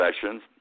Sessions